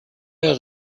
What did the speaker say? der